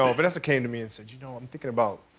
ah vanessa came to me and said you know i'm thinking about